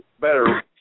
better